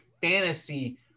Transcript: fantasy